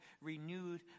renewed